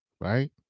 right